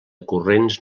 corrents